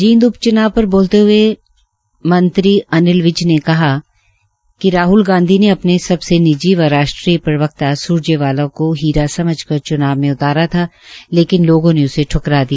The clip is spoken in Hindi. जींद उप च्नाव पर बोलते हये मंत्री अनिल विज ने कहा कि राहल गांधी ने अपने सबसे निजी व राष्ट्रीय प्रवक्ता स्रजेवाला को हीरा समझकर च्नाव में उतारा था लेकिन लोगों ने उसे ठकरा दिया